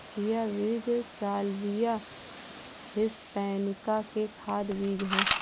chia बीज Salvia hispanica के खाद्य बीज हैं